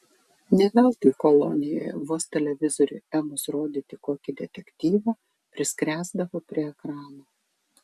ne veltui kolonijoje vos televizoriui ėmus rodyti kokį detektyvą priskresdavo prie ekrano